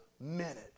minute